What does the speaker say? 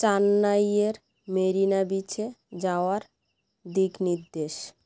চেন্নাইয়ের মেরিনা বিচে যাওয়ার দিক নির্দেশ